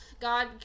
god